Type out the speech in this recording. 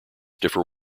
differ